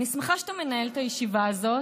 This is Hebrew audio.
אני שמחה שאתה מנהל את הישיבה הזאת.